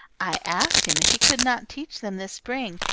i asked him if he could not teach them this spring,